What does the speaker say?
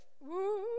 woo